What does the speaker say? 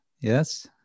Yes